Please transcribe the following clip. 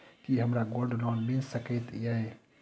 की हमरा gold loan मिल सकैत ये?